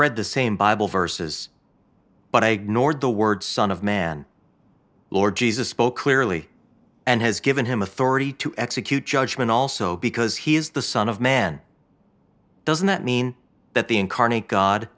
read the same bible verses but i nor the words son of man lord jesus spoke clearly and has given him authority to execute judgment also because he is the son of man doesn't that mean that the incarnate god